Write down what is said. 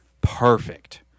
perfect